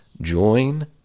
Join